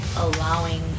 allowing